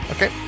Okay